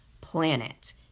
planet